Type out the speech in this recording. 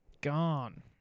Gone